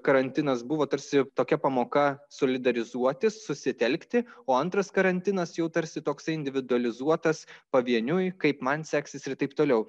karantinas buvo tarsi tokia pamoka solidarizuotis susitelkti o antras karantinas jau tarsi toksai individualizuotas pavieniui kaip man seksis ir taip toliau